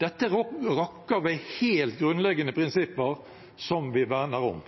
Dette rokker ved helt grunnleggende prinsipper som vi verner om.